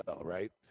right